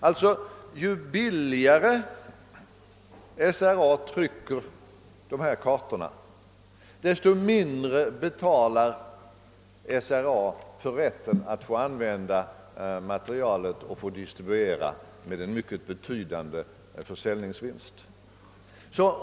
Alltså ju billigare SRA trycker dessa kartor, desto mindre betalar SRA för kartorna och för rätten att få använda grundmaterialet. Man får sedan distribuera det med en så mycket mera betydande försäljningsvinst.